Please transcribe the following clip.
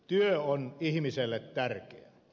työ on ihmiselle tärkeä